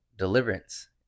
deliverance